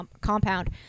compound